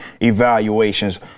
evaluations